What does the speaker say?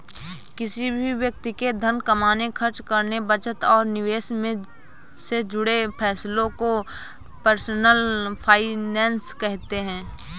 किसी भी व्यक्ति के धन कमाने, खर्च करने, बचत और निवेश से जुड़े फैसलों को पर्सनल फाइनैन्स कहते हैं